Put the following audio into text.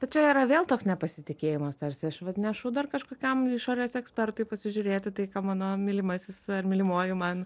tai čia yra vėl toks nepasitikėjimas tarsi aš vat nešu dar kažkokiam išorės ekspertui pasižiūrėti tai ką mano mylimasis ar mylimoji man